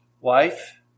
wife